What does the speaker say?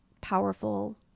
powerful